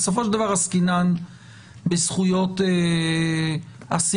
בסופו של דבר עסקינן בזכויות האסירים,